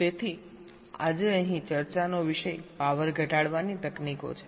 તેથી આજે અહીં ચર્ચાનો વિષય પાવર ઘટાડવાની તકનીકો છે